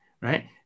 right